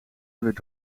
werd